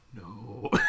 No